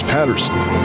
Patterson